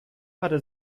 hatte